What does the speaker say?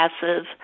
passive